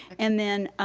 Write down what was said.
and then,